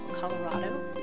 Colorado